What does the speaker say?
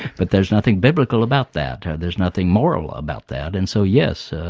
but there's nothing biblical about that. there's nothing moral about that and so yes, ah